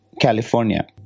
California